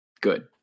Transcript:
Good